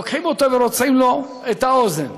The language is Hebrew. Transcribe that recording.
לוקחים אותו ורוצעים לו את האוזן.